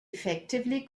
effectively